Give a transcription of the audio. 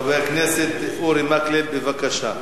חבר הכנסת אורי מקלב, בבקשה.